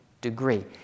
degree